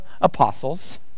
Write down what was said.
apostles